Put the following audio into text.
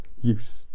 use